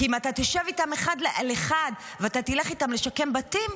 כי אם אתה תשב איתם אחד על אחד ואתה תלך איתם לשקם בתים,